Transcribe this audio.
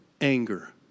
anger